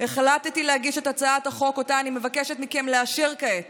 החלטתי להגיש את הצעת החוק שאני מבקשת מכם לאשר כעת